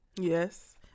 yes